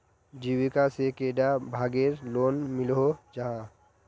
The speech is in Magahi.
जीविका से कैडा भागेर लोन मिलोहो जाहा?